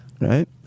Right